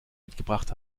mitgebracht